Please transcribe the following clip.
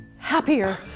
happier